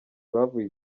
bavuye